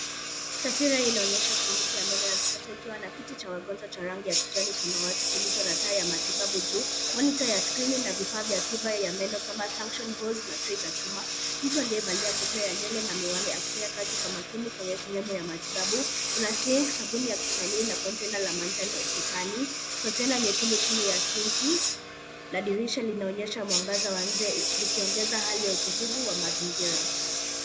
Taswira hii inaonyesha cliniki ya meno ya kisasa ikiwa na kiti cha wagonjwa ya rangi ya kijani samawati kilicho na taa ya matibabu juu, monitor ya skrini na vifaa vya tiba kama vile sunction holes, na trei za chuma. Mtu aliyevalia kofia ya nywele na miwani akifanya kazi kwa makini kwenye sehemu ya matibabu kuna sink sabuni ya kisanii na kontena ya manjano ukutani, kontena nyekundu chini ya sinki na dirisha linaonyesha mwangaza wa nje ukiongeza hali ya utulivu wa mazingira.